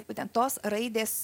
būtent tos raidės